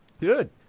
good